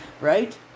Right